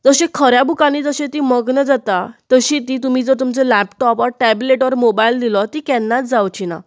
जशे खऱ्या बुकानीं जशीं तीं मग्न जाता तशीं तीं तुमी जर तुमचो लेपटॉप ओर टॅबलेट ओर मोबायल दिलो तीं केन्नाच जावचीं ना